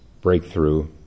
breakthrough